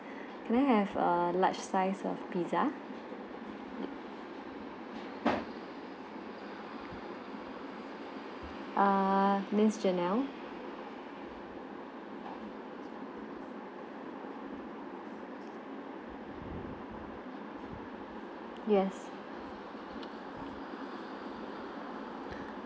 can I have err large slice of pizza uh miss genelle yes